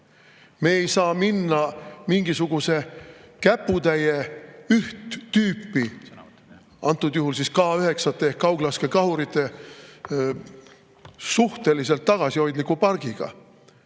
Me ei saa minna mingisuguse käputäie üht tüüpi, antud juhul siis K9‑te ehk kauglaskekahurite suhteliselt tagasihoidliku pargiga,